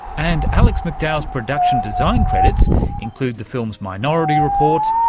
and alex mcdowell's production design credits include the films minority report,